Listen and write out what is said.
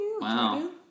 Wow